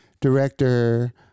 director